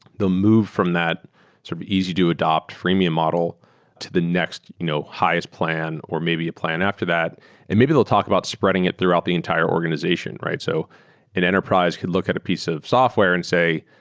they'll move from that sort of easy to adapt freemium model to the next you know highest plan or maybe a plan after that and maybe they'll talk about spreading it throughout the entire organization. an so and enterprise could look at a piece of software and say,